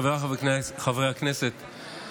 חבריי חברי הכנסת,